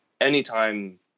anytime